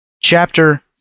Chapter